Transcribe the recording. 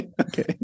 Okay